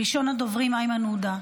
ראשון הדוברים, איימן עודה.